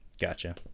Gotcha